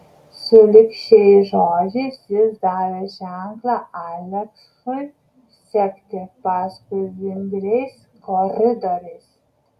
sulig šiais žodžiais jis davė ženklą aleksui sekti paskui vingriais koridoriais